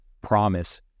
PROMISE